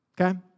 okay